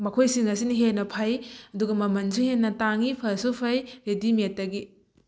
ꯃꯈꯣꯏꯁꯤꯡ ꯑꯁꯤꯅ ꯍꯦꯟꯅ ꯐꯩ ꯑꯗꯨꯒ ꯃꯃꯜꯁꯨ ꯍꯦꯟꯅ ꯇꯥꯡꯉꯤ ꯐꯁꯨ ꯐꯩ ꯔꯦꯗꯤꯃꯦꯠꯇꯒꯤ